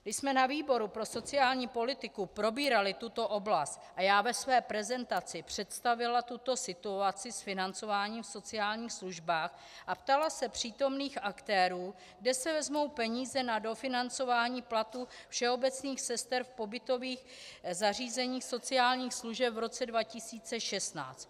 My jsme na výboru pro sociální politiku probírali tuto oblast a já ve své prezentaci představila tuto situaci s financováním v sociálních službách a ptala se přítomných aktérů, kde se vezmou peníze na dofinancování platů všeobecných sester v pobytových zařízeních sociálních služeb v roce 2016.